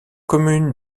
commune